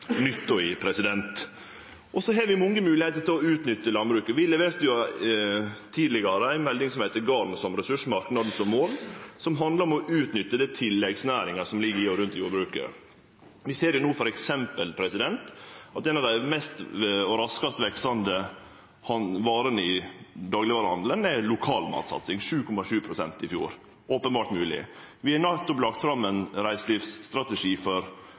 nytta i. Vi har mange moglegheiter til å utnytte landbruket. Vi leverte tidlegare ei melding som heitte Garden som ressurs – marknaden som mål, som handla om å utnytte dei tilleggsnæringane som ligg i og rundt jordbruket. Vi ser f.eks. no at noko av det raskast veksande i daglegvarehandelen er lokalmatsatsing – 7,7 pst. i fjor – openbert mogleg. Vi har nettopp lagt fram ein reiselivsstrategi for